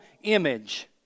image